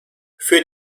für